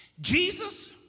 Jesus